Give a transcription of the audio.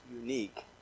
unique